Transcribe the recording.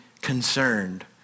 concerned